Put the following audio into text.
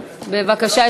בבקשה.